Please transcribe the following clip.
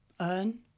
earn